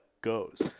goes